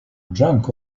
drunk